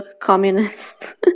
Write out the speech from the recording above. communist